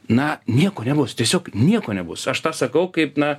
na nieko nebus tiesiog nieko nebus aš tą sakau kaip na